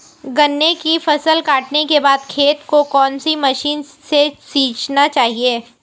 गन्ने की फसल काटने के बाद खेत को कौन सी मशीन से सींचना चाहिये?